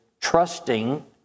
trusting